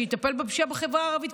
שיטפל בפשיעה בחברה הערבית,